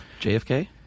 JFK